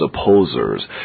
opposers